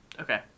Okay